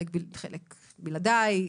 חלק בלעדיי,